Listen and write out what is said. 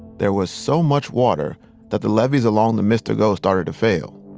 there was so much water that the levees along the mrgo started to fail.